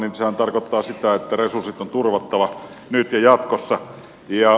sehän tarkoittaa sitä että resurssit on turvattava nyt ja jatkossa